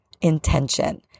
intention